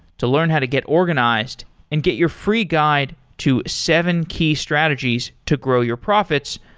to learn how to get organized and get your free guide to seven key strategies to grow your profits,